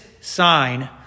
sign